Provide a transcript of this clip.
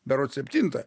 berods septintą